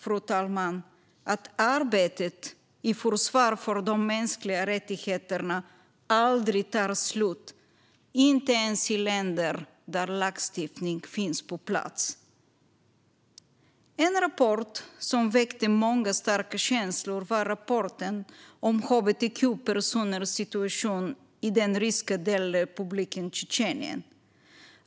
Detta visar att arbetet med försvaret av de mänskliga rättigheterna aldrig tar slut, inte ens i länder där lagstiftning finns på plats. En rapport som väckte många starka känslor var rapporten om hbtq-personers situation i den ryska delrepubliken Tjetjenien.